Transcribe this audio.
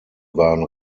waren